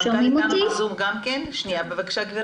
בבקשה.